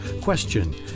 Question